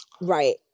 right